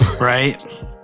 right